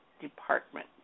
department